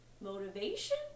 motivation